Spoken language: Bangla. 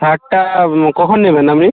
সারটা কখন নেবেন আপনি